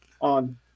on